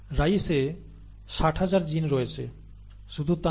রাইসে 60000 gene রয়েছে শুধু তা নয়